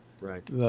right